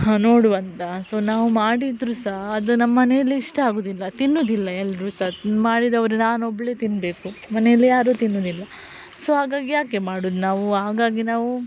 ಹಾಂ ನೋಡು ಅಂತ ಸೊ ನಾವು ಮಾಡಿದರು ಸಹ ಅದು ನಮ್ಮನೆಯಲ್ಲಿ ಇಷ್ಟ ಆಗುವುದಿಲ್ಲ ತಿನ್ನುವುದಿಲ್ಲ ಎಲ್ಲರೂ ಸಹ ಮಾಡಿದವರೆ ನಾನು ಒಬ್ಬಳೇ ತಿನ್ನಬೇಕು ಮನೆಯಲ್ಲಿ ಯಾರೂ ತಿನ್ನುವುದಿಲ್ಲ ಸೊ ಹಾಗಾಗಿ ಯಾಕೆ ಮಾಡೋದು ನಾವು ಹಾಗಾಗಿ ನಾವು